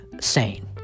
sane